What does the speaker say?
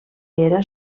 era